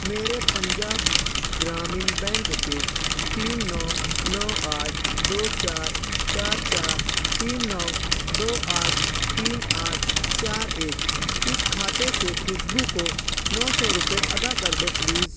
میرے پنجاب گرامین بینک کے تین نو نو آٹھ دو چار چار تین نو دو آٹھ تین آٹھ چار ایک اس کھاتے سے خوشبو کو نو سو روپیے ادا کرو پلیز